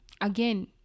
again